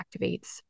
activates